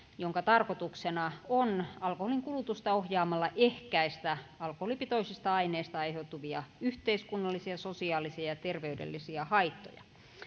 jonka tarkoituksena on alkoholin kulutusta ohjaamalla ehkäistä alkoholipitoisista aineista aiheutuvia yhteiskunnallisia sosiaalisia ja ja terveydellisiä haittoja